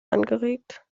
angeregt